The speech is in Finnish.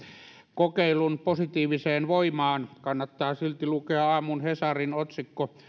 kokeilun positiiviseen voimaan kannattaa silti lukea aamun hesarin otsikko